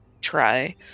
try